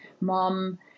mom